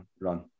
run